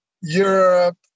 Europe